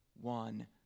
one